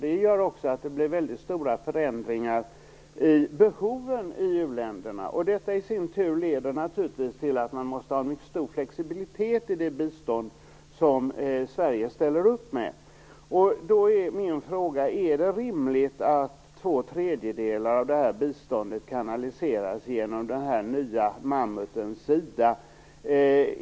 Det leder också till stora förändringar av u-ländernas behov, vilket i sin tur leder till att man måste ha en mycket stor flexibilitet i det bistånd som Sverige ställer upp med. Då är min fråga: Är det rimligt att två tredjedelar av biståndet kanaliseras genom den nya mammuten SIDA?